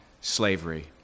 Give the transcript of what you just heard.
slavery